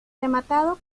rematado